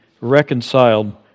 reconciled